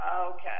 Okay